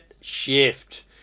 shift